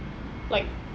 like